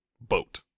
boat